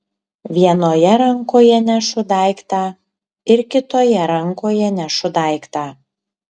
vienoje rankoje nešu daiktą ir kitoje rankoje nešu daiktą